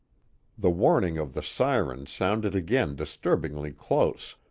the warning of the siren sounded again disturbingly close,